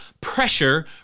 pressure